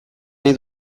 nahi